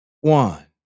one